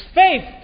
faith